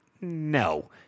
No